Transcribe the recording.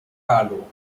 carlo